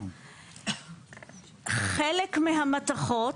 חלק מהמתכות,